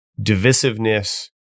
divisiveness